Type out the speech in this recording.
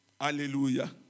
Hallelujah